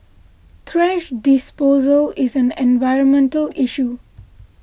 thrash disposal is an environmental issue